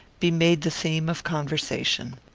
be made the theme of conversation.